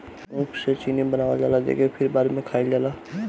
ऊख से चीनी बनावल जाला जेके फिर बाद में खाइल जाला